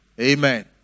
Amen